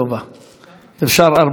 אפשר ארבעה, אבל אני אאפשר לך.